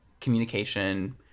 communication